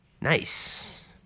Nice